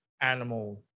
animal